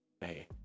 hey